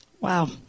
Wow